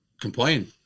complain